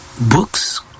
books